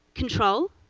control,